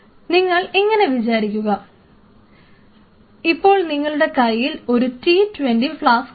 നിങ്ങൾ ഇങ്ങനെ വിചാരിക്കുക ഇപ്പോൾ നിങ്ങളുടെ കയ്യിൽ ഒരു t 20 ഫ്ലാസ്ക് ഉണ്ട്